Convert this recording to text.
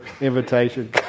invitation